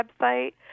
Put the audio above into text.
website